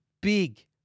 big